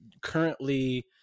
currently